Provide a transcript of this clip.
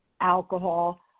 alcohol